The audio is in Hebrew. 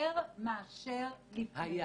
יותר מאשר לפני.